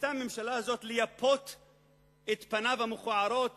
שניסתה הממשלה הזאת לייפות את פניו המכוערות